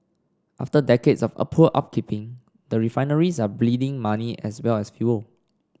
after decades of a poor upkeep the refineries are bleeding money as well as fuel